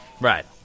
Right